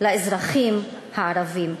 לאזרחים הערביים.